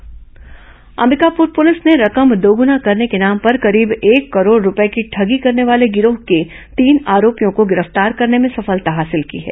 ठगी मामला खुलासा अंबिकापुर पुलिस ने रकम दोगुना करने के नाम पर करीब एक करोड़ रूपये की ठगी करने वाले गिरोह के तीन आरोपियों को गिरफ्तार करने में सफलता हासिल की है